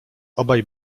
obaj